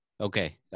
okay